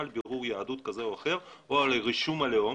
על בירור יהדות כזה או אחר או על רישום הלאום